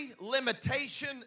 limitation